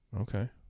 Okay